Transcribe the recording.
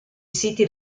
siti